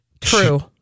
True